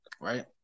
right